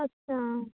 ᱟᱪᱪᱷᱟ